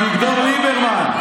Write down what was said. עם אביגדור ליברמן.